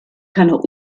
keiner